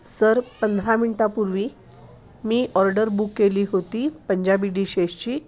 sir पंधरा मिनटापूर्वी मी ऑर्डर बुक केली होती पंजाबी डिशेसची